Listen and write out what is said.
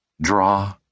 Draw